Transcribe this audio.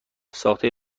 ساخته